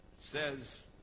says